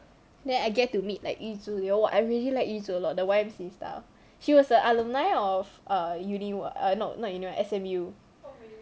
then I get to meet like yu zhu they all !wah! I really like yu zhu lot the Y_M_C_A staff she was the alumni of err uni Y err no not uni Y S_M_U